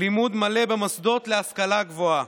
לימוד מלא במוסדות להשכלה גבוהה.